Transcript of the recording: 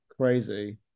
crazy